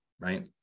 right